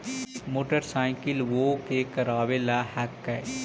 मोटरसाइकिलवो के करावे ल हेकै?